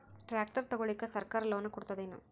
Tractor ತಗೊಳಿಕ ಸರ್ಕಾರ loan ಕೊಡತದೇನು?